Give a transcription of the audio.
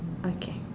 okay